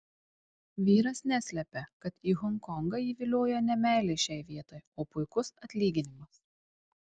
vyras neslepia kad į honkongą jį vilioja ne meilė šiai vietai o puikus atlyginimas